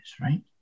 right